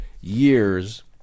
years